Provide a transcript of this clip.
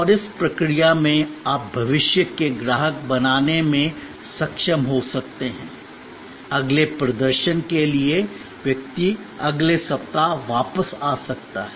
और इस प्रक्रिया में आप भविष्य के ग्राहक बनाने में सक्षम हो सकते हैं अगले प्रदर्शन के लिए व्यक्ति अगले सप्ताह वापस आ सकता है